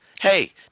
Hey